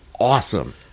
awesome